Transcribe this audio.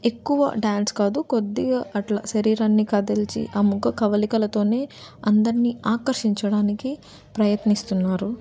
ఎక్కువ డాన్స్ కాదు కొద్దిగా అలా శరీరాన్ని కదిల్చి ఆ ముఖ కవలికలతోనే అందరినీ ఆకర్షించడానికి ప్రయత్నిస్తున్నారు